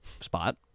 spot